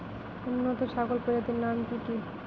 উন্নত ছাগল প্রজাতির নাম কি কি?